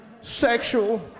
sexual